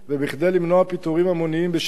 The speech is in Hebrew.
וכי כדי למנוע פיטורים המוניים בשל ירידת